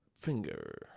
Finger